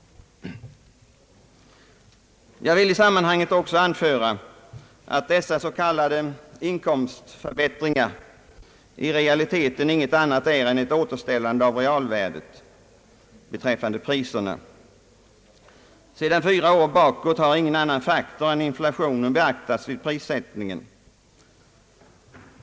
Jag vill i sammanhanget också anföra att dessa s.k. inkomstförbättringar i realiteten ingenting annat är en ett återställande av realvärdet beträffande priserna. Sedan fyra år tillbaka har ingen annan faktor än inflationen beaktats vid prissättningen.